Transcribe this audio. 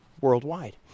worldwide